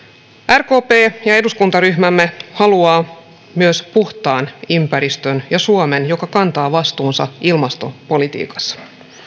rkp ja eduskuntaryhmämme haluaa myös puhtaan ympäristön ja suomen joka kantaa vastuunsa ilmastopolitiikasta